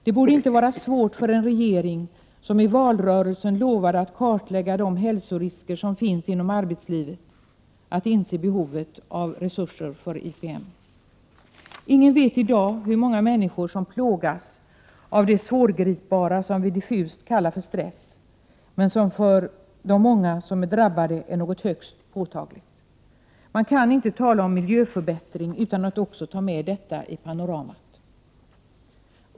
Det borde inte vara svårt för en regering som i valrörelsen lovade att kartlägga de hälsorisker som finns inom arbetslivet att inse behovet av resurser för IPM. Ingen vet i dag hur många människor som plågas av det svårgripbara som diffust kallas stress, men som för de många som är drabbade är något högst påtagligt. Man kan inte tala om miljöförbättring utan att också ta med detta i panoramat.